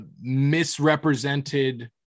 misrepresented